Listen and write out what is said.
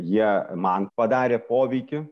jie man padarė poveikį